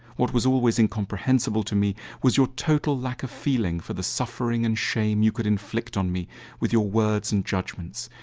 what was always incomprehensible to me was your total lack of feeling for the suffering and shame you could inflict on me with your words and judgments.